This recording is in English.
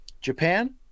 Japan